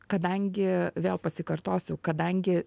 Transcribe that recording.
kadangi vėl pasikartosiu kadangi